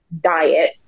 diet